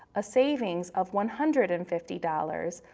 a savings of one hundred and fifty dollars,